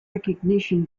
recognition